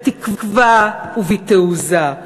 בתקווה ובתעוזה.